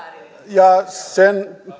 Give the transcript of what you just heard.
ja